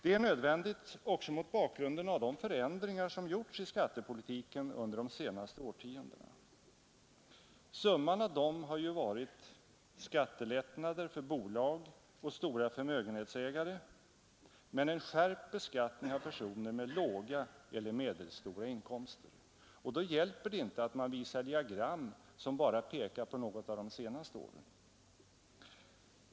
Det är nödvändigt också mot bakgrunden av de förändringar av skattepolitiken som gjorts under de senaste årtiondena. Summan av dessa har blivit skattelättnader för bolag och stora förmögenhetsägare men en skärpt beskattning av personer med låga och medelstora inkomster. Och då hjälper det inte att man visar diagram bara över några av de senaste åren.